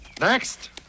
Next